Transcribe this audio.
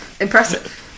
Impressive